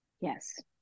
Yes